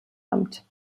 amt